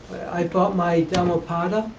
i brought my dhammapada,